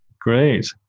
Great